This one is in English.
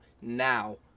now